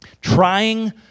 Trying